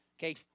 Okay